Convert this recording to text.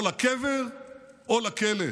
או לקבר או לכלא.